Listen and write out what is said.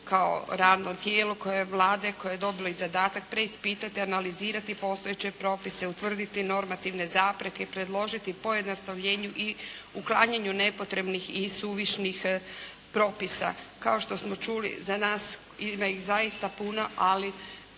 kao radnom tijelu Vlade koje je dobilo i zadatak preispitati, analizirati postojeće propise, utvrditi normativne zapreke i predložiti pojednostavljenju i uklanjanju nepotrebnih i suvišnih propisa. Kao što smo čuli za nas ima ih zaista puno, ali